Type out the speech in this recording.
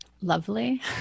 Lovely